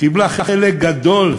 קיבלה חלק גדול,